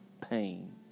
pain